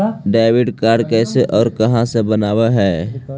Debit card कैसे और कहां से बनाबे है?